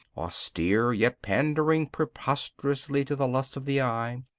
austere, yet pandering preposterously to the lust of the eye,